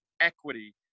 equity